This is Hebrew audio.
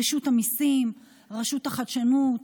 רשות המיסים ורשות החדשנות,